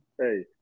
Hey